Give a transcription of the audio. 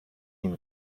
این